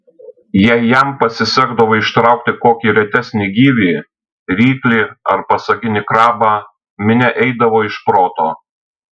jei jam pasisekdavo ištraukti kokį retesnį gyvį ryklį ar pasaginį krabą minia eidavo iš proto